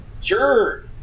Sure